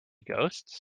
ghosts